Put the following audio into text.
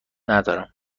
ندارم